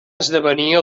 esdevenir